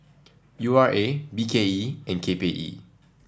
U R A B K E and K P E